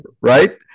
right